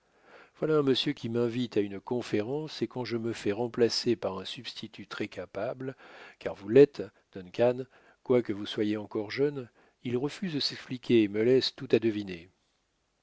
voilà un monsieur qui m'invite à une conférence et quand je me fais remplacer par un substitut très capable car vous l'êtes duncan quoique vous soyez encore jeune il refuse de s'expliquer et me laisse tout à deviner